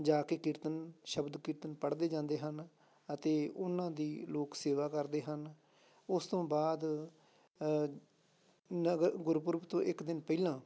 ਜਾ ਕੇ ਕੀਰਤਨ ਸ਼ਬਦ ਕੀਰਤਨ ਪੜ੍ਹਦੇ ਜਾਂਦੇ ਹਨ ਅਤੇ ਉਹਨਾਂ ਦੀ ਲੋਕ ਸੇਵਾ ਕਰਦੇ ਹਨ ਉਸ ਤੋਂ ਬਾਅਦ ਨਗ ਗੁਰਪੁਰਬ ਤੋਂ ਇੱਕ ਦਿਨ ਪਹਿਲਾਂ